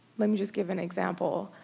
let me just give an example.